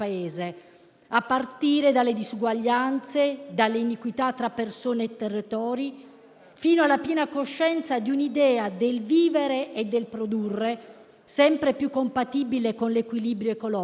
a partire dalle disuguaglianze, dalle iniquità tra persone e territori, fino alla piena coscienza di un'idea del vivere e del produrre sempre più compatibile con l'equilibrio ecologico.